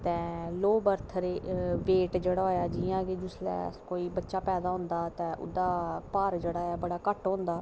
ते लो birth rate जेह्ड़ा ऐ जियां कि जिसलै कोई बच्चा पैदा होंदा तां ओह्दा भार जेह्ड़ा ऐ बड़ा घट्ट होंदा